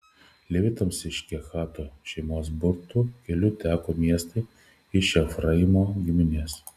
levitams iš kehato šeimos burtų keliu teko miestai iš efraimo giminės